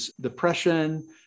depression